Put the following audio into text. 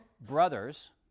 brothers